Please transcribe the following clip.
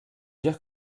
dire